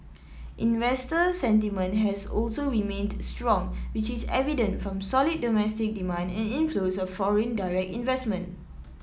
investor sentiment has also remained strong which is evident from solid domestic demand and inflows of foreign direct investment